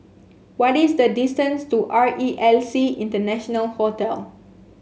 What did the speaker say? what is the distance to R E L C International Hotel